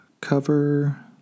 cover